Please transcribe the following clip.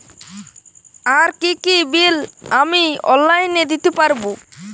আর কি কি বিল আমি অনলাইনে দিতে পারবো?